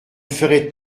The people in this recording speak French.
ferait